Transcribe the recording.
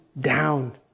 down